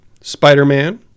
Spider-Man